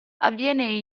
avviene